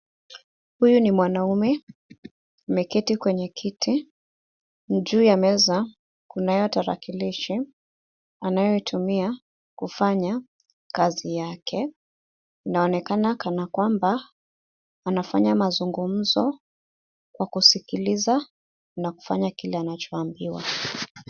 Huyu ni mwanaume. Ameketi kwenye kiti. Juu ya meza, kunayo tarakilishi anayoitumia kufanya kazi yake. Inaonekana kana kwamba anafanya mazungumzo kwa kusikiliza na kufanya kile anacho ambiwa.